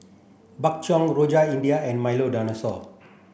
Bak Chang Rojak India and Milo Dinosaur